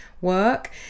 work